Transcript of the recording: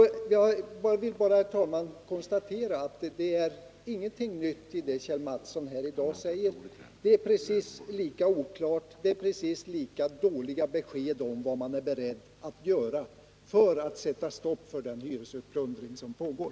Jag vill bara, herr talman, konstatera att det inte finns någonting nytt i det som Kjell Mattsson framför här i dag. Det är ett precis lika dåligt besked om vad man är beredd att göra för att sätta stopp för den hyresutplundring som pågår.